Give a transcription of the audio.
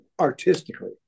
artistically